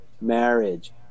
marriage